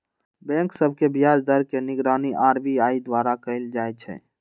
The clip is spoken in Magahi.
बैंक सभ के ब्याज दर के निगरानी आर.बी.आई द्वारा कएल जाइ छइ